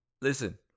Listen